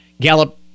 Gallup